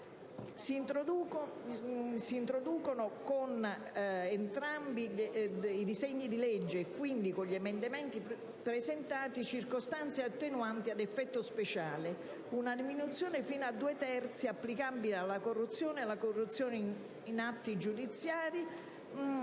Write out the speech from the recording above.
non impiegato. Con entrambi i disegni di legge, e quindi con gli emendamenti presentati, si introducono circostanze attenuanti ad effetto speciale, con una diminuzione fino a due terzi applicabile alla corruzione, alla corruzione in atti giudiziari